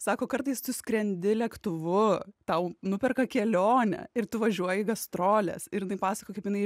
sako kartais tu skrendi lėktuvu tau nuperka kelionę ir tu važiuoji į gastroles ir jinai pasakojo kaip jinai